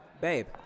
Babe